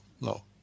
no